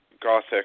gothic